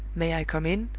may i come in?